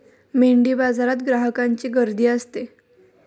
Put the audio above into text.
मेंढीबाजारात ग्राहकांची गर्दी असते